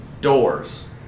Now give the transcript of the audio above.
Doors